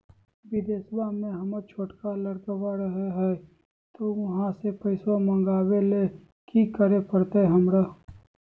बिदेशवा में हमर छोटका लडकवा रहे हय तो वहाँ से पैसा मगाबे ले कि करे परते हमरा?